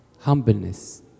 Humbleness